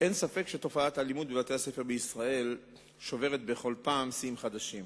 אין ספק שתופעת האלימות בבתי-הספר בישראל שוברת בכל פעם שיאים חדשים.